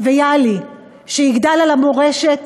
ויהלי, שיגדל על המורשת